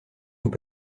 nous